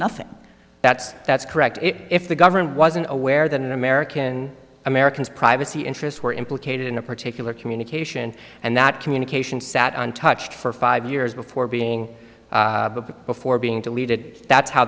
nothing that's that's correct if the government wasn't aware that in american americans privacy interests were implicated in a particular communication and that communication sat untouched for five years before being before being deleted that's how